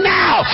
now